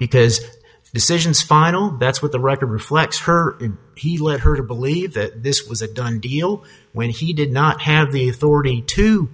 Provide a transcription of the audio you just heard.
because decisions final that's what the record reflects her he led her to believe that this was a done deal when he did not have the authority to